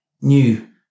new